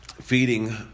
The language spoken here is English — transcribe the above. feeding